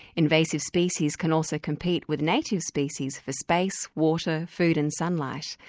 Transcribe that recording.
invasive species can also compete with native species for space, water, food and sunlight.